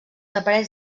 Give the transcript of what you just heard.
aparells